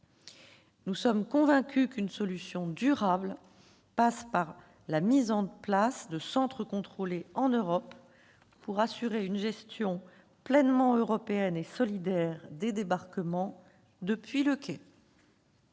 Nous sommes convaincus qu'une solution durable passe par la mise en place de centres contrôlés en Europe pour assurer une gestion pleinement européenne et solidaire des débarquements depuis le quai.